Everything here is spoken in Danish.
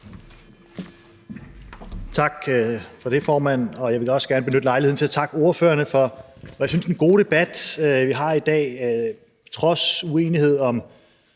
Tak for det, formand. Jeg vil også gerne benytte lejligheden til at takke ordførerne for den gode debat, synes jeg, vi har i dag. Trods uenighed om